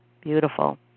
Beautiful